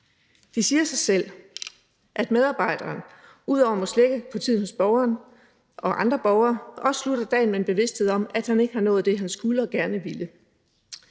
Det siger sig selv, at medarbejderen ud over at måtte slække på tiden hos borgeren og andre borgere også slutter dagen med en bevidsthed om, at han ikke har nået det, han skulle og gerne ville.